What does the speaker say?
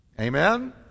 Amen